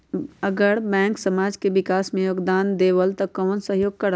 अगर बैंक समाज के विकास मे योगदान देबले त कबन सहयोग करल?